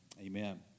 Amen